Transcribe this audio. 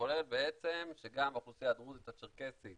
כולל בעצם גם את האוכלוסייה הדרוזית והצ'רקסית